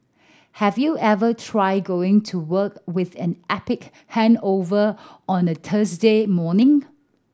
have you ever tried going to work with an epic hangover on a Thursday morning